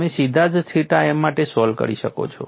તમે સીધા જ થીટા m માટે સોલ્વ કરી શકો છો